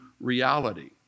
reality